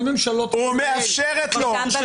כל ממשלות ישראל --- או מאפשרת לו --- הפוך.